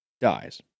dies